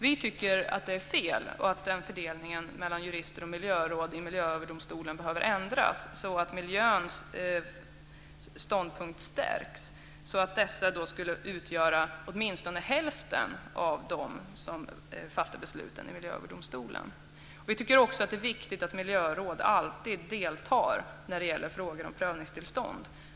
Vi tycker att det är fel och menar att den fördelningen mellan jurister och miljöråd i Miljööverdomstolen behöver ändras så att miljöståndpunkten stärks. Miljöråden skulle utgöra åtminstone hälften av dem som fattar besluten i Miljööverdomstolen. Vi tycker att det är viktigt att miljöråd alltid deltar när det gäller frågor om prövningstillstånd.